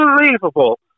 unbelievable